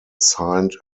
signed